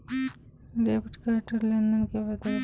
Debit card র লেনদেন কিভাবে দেখবো?